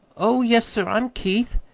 oh, yes, sir, i'm keith.